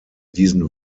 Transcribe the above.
diesen